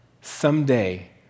Someday